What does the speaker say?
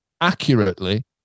accurately